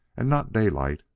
and not daylight,